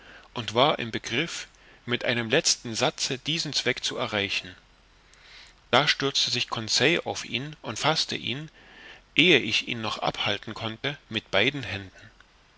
und war im begriff mit einem letzten satze diesen zweck zu erreichen da stürzte sich conseil auf ihn und faßte ihn ehe ich ihn noch abhalten konnte mit beiden händen